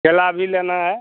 केला भी लेना है